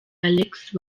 alexis